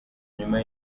nyuma